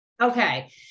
Okay